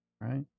Right